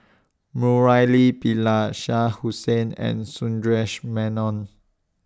Murali Pillai Shah Hussain and Sundaresh Menon